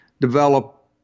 develop